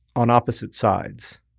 on opposite sides.